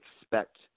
expect